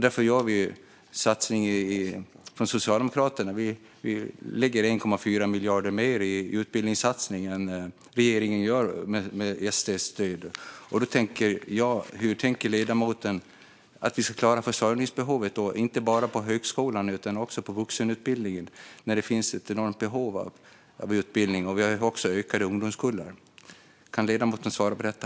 Därför satsar vi socialdemokrater 1,4 miljarder mer på utbildning än regeringen gör med SD:s stöd. Hur tänker ledamoten att man ska klara försörjningsbehovet inte bara på högskolan utan också på vuxenutbildningen? Det finns ett enormt behov av utbildning, och vi har också ökade ungdomskullar. Kan ledamoten svara på detta?